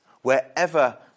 wherever